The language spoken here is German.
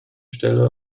stelle